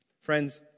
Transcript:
Friends